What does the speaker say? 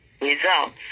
results